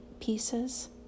pieces